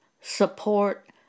support